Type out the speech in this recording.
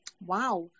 Wow